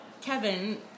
Kevin